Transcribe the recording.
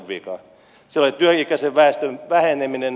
siellä oli työikäisen väestön väheneminen